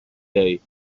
day